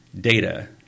data